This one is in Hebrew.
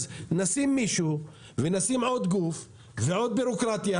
אז נשים מישהו ונשים עוד גוף ועוד ביורוקרטיה